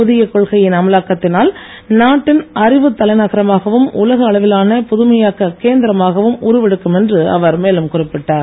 புதிய கொள்கையின் அமலாக்கத்தினால் நாட்டின் அறிவுத் தலைநகரமாகவும் உலக அளவிலான புதுமையாக்கக் கேந்திரமாகவும் உருவெடுக்கும் என்று அவர் மேலும் குறிப்பிட்டார்